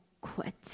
quit